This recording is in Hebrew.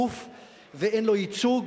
ואין לו ייצוג,